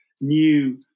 new